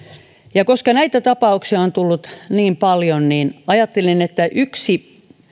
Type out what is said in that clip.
ja koska näitä tapauksia on tullut niin paljon niin ajattelin että yksi